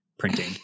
printing